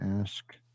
Ask